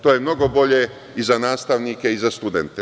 To je mnogo bolje i za nastavnike i za studente.